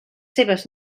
seves